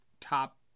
top